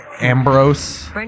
Ambrose